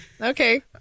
Okay